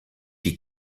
die